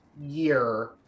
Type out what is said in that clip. year